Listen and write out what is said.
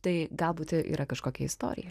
tai galbūt yra kažkokia istorija